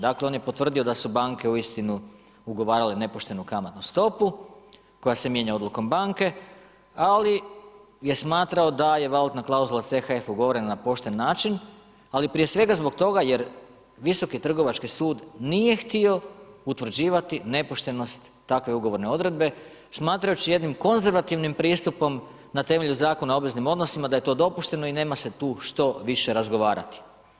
Dakle, on je potvrdio da su banke uistinu ugovarale nepoštenu kamatnu stopu koja se mijenja odlukom banke, ali je smatrao da je valutna klauzula CHF ugovorena na pošten način, ali prije svega zbog toga jer Visoki trgovački nije htio utvrđivati nepoštenost takve ugovorne odredbe smatrajući jednim konzervativnim pristupom na temelju zakona o obveznim odnosima da je to dopušteno i nema se tu što više razgovarati.